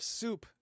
soup